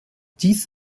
dies